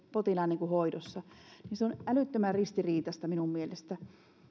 potilaan hoidossa se on älyttömän ristiriitaista minun mielestäni